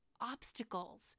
obstacles